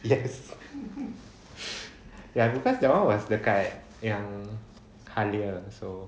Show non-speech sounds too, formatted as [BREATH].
yes [LAUGHS] [BREATH] ya because that one was dekat yang halia so